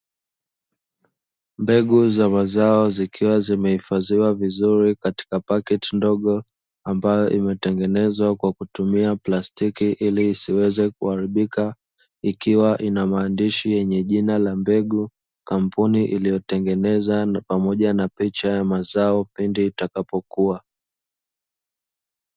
Mbegu za mazao zikiwa zimeifadhiwa vizuri katika pakiti ndogo ambayo imetengenezwa kwa kutumia plastiki ili isiweze kuharibika. Ikiwa ina maandishi ya jina la mbegu, kampuni iliyo tengeneza pamoja ma picha ya mazao pindi itakapo kua